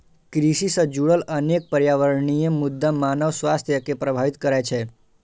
कृषि सं जुड़ल अनेक पर्यावरणीय मुद्दा मानव स्वास्थ्य कें प्रभावित करै छै